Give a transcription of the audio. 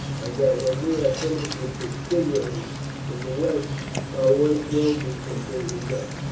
and that when we have finished with the silures in the west our work will be completely done.